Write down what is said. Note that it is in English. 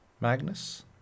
Magnus